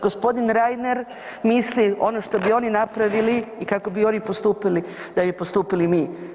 Gospodin Reiner misli ono što bi oni napravili i kako bi oni postupili da bi postupili mi.